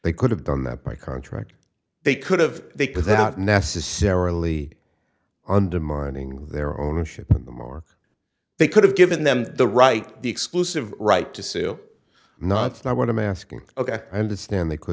they could have done that by contract they could have they put that out necessarily undermining their ownership the more they could have given them the right the exclusive right to sue not not what i'm asking ok i understand they could